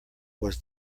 was